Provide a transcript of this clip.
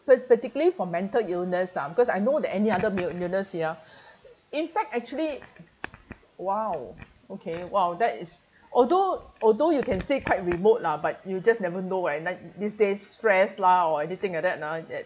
pat~ particularly for mental illness ah because I know that any other ill~ illness ya in fact actually !wow! okay !wow! that is although although you can say quite remote lah but you just never know where like these days stress lah or anything like that ah that